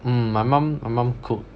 mm my mum my mum cook